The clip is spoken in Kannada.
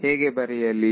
ಹೇಗೆ ಬರೆಯಲಿ